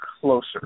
closer